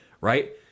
right